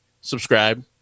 Subscribe